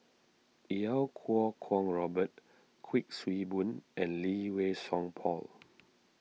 Iau Kuo Kwong Robert Kuik Swee Boon and Lee Wei Song Paul